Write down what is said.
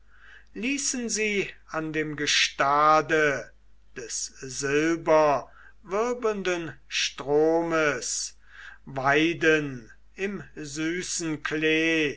ließen sie an dem gestade des silberwirbelnden stromes weiden im süßen klee